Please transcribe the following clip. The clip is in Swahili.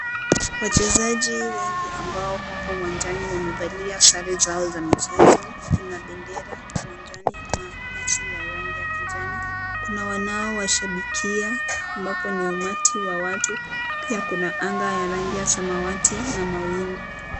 Wachezaji wengi ambao wako uwanjani wamevalia sare zao za michezo na bendera uwanjani na nyasi ya rangi ya kijani. Kuna wanaowashabikia ambao ni umati wa watu. Pia kuna anga ya rangi ya samawati na mawingu.